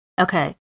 Okay